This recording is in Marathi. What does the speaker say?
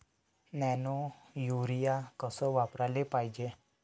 नैनो यूरिया कस वापराले पायजे?